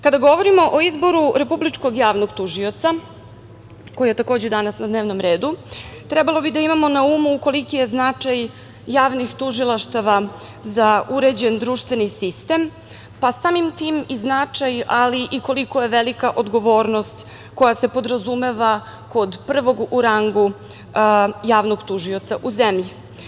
Kada govorimo o izboru Republičkog javnog tužioca, koji je takođe danas na dnevnom redu, trebalo bi da imamo na umu koliki je značaj javnih tužilaštava za uređen društveni sistem, pa samim tim i značaj ali i koliko je velika odgovornost koja se podrazumeva kod prvog u rangu javnog tužioca u zemlji.